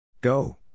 Go